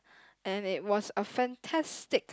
and it was a fantastic